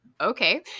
Okay